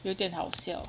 有点好笑